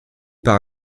par